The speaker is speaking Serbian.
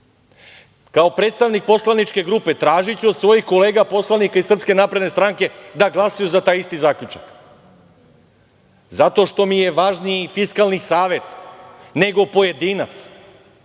predstavnik poslaničke grupe, tražiću od svoj kolega poslanika iz SNS da glasaju za taj isti zaključak zato što mi je važniji Fiskalni savet nego pojedinac,